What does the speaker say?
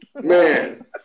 Man